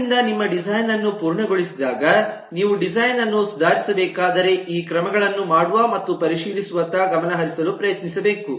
ಆದ್ದರಿಂದ ನಿಮ್ಮ ಡಿಸೈನ್ ಅನ್ನು ಪೂರ್ಣಗೊಳಿಸಿದಾಗ ನೀವು ಡಿಸೈನ್ ಅನ್ನು ಸುಧಾರಿಸಬೇಕಾದರೆ ಈ ಕ್ರಮಗಳನ್ನು ಮಾಡುವ ಮತ್ತು ಪರಿಶೀಲಿಸುವತ್ತ ಗಮನಹರಿಸಲು ಪ್ರಯತ್ನಿಸಬೇಕು